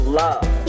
love